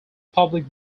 public